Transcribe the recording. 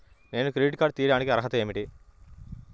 నేను credit card తీయడానికి అర్హత ఏమిటి?